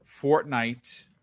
Fortnite